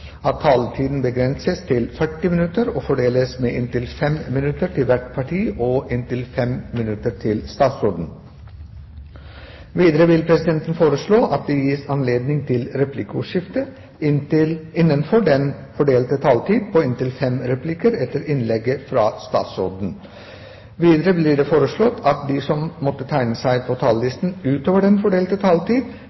at taletiden begrenses til 40 minutter og fordeles med inntil 5 minutter til hvert parti og inntil 5 minutter til statsråden. Videre vil presidenten foreslå at det gis anledning til replikkordskifte på inntil fem replikker med svar etter innlegget fra statsråden innenfor den fordelte taletid. Videre blir det foreslått at de som måtte tegne seg på